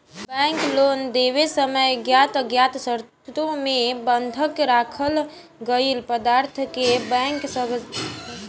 bank loan देवे समय ज्ञात अज्ञात शर्तों मे बंधक राखल गईल पदार्थों के बैंक कब्जा में लेलेला